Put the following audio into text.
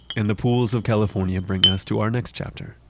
and the pools of california bring us to our next chapter.